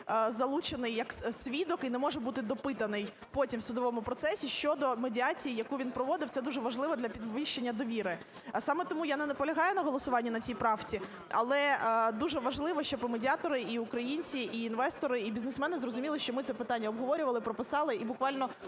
залучений як свідок і не може бути допитаний потім у судовому процесі щодо медіації, яку він проводив. Це дуже важливо для підвищення довіри. А саме тому я не наполягаю на голосуванні на цій правці. Але дуже важливо, щоб і медіатори, і українці, і інвестори, і бізнесмени зрозуміли, що ми це питання обговорювали, прописали і буквально